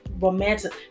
romantic